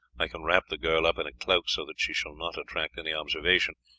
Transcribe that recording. i can wrap the girl up in a cloak so that she shall not attract any observation,